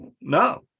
No